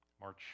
March